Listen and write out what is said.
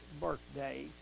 birthday